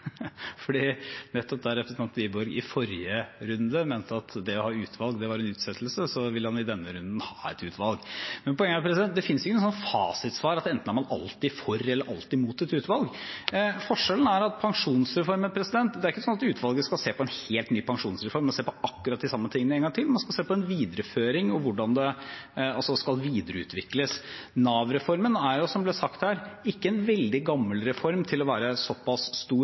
nettopp der representanten Wiborg i forrige runde mente at det å ha utvalg, det var en utsettelse, så vil han i denne runden ha et utvalg. Men poenget er at det finnes ikke noe fasitsvar, at man er enten alltid for eller alltid mot et utvalg. Forskjellen er at når det gjelder pensjonsreformen, er det ikke sånn at utvalget skal se på en helt ny pensjonsreform, se på akkurat de samme tingene en gang til. Man skal se på en videreføring og hvordan det skal videreutvikles. Nav-reformen er, som det ble sagt her, ikke en veldig gammel reform til å være såpass stor